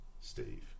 Steve